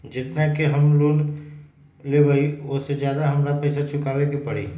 जेतना के हम लोन लेबई ओ से ज्यादा के हमरा पैसा चुकाबे के परी?